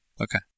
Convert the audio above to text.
Okay